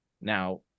Now